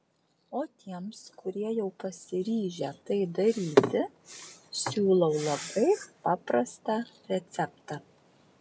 o tiems kurie jau pasiryžę tai daryti siūlau labai paprastą receptą